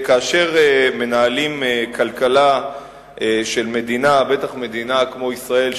כאשר מנהלים כלכלה של מדינה, בטח מדינה כמו ישראל,